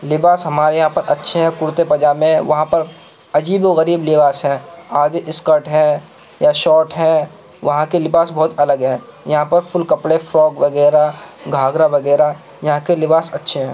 لباس ہمارے یہاں پر اچھے ہیں کرتے پائجامے وہاں پر عجیب وغریب لباس ہیں آدھی اسکرٹ ہے یا شاٹ ہے وہاں کے لباس بہت الگ ہے یہاں پر فل کپڑے فراک وغیرہ گھاگھرا وغیرہ یہاں کے لباس اچھے ہیں